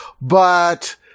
But-